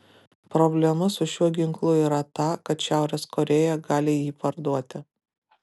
problema su šiuo ginklu yra ta kad šiaurės korėja gali jį parduoti